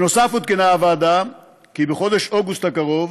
נוסף על כך עודכנה הוועדה כי בחודש אוגוסט הקרוב